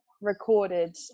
recorded